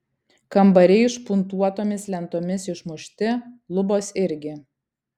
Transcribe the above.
kambariai špuntuotomis lentomis išmušti lubos irgi